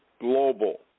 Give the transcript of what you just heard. global